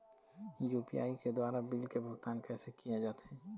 UPI के द्वारा bill के भुगतान कैसे किया जाथे?